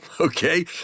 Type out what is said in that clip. okay